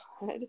God